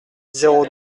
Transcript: zéro